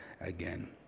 again